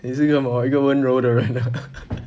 你是个什么一个温柔的人啊